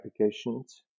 applications